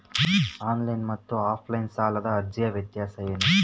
Online ಮತ್ತು offline ಸಾಲದ ಅರ್ಜಿಯ ವ್ಯತ್ಯಾಸ ಏನು?